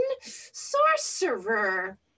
sorcerer